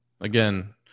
Again